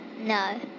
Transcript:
No